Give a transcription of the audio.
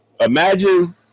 imagine